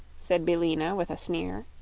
said billina, with a sneer.